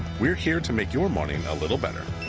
we're here to make your morning a little better.